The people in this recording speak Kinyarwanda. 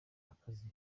akazi